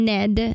Ned